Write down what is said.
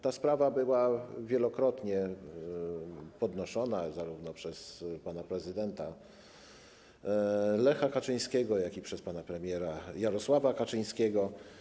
Ta sprawa była wielokrotnie podnoszona zarówno przez pana prezydenta Lecha Kaczyńskiego, jak i przez pana premiera Jarosława Kaczyńskiego.